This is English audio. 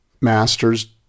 Masters